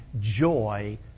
joy